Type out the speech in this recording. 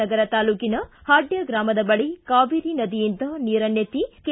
ನಗರ ತಾಲ್ಲೂಕಿನ ಹಾಡ್ಯ ಗ್ರಾಮದ ಬಳಿ ಕಾವೇರಿ ನದಿಯಿಂದ ನೀರನ್ನೆತ್ತಿ ಕೆ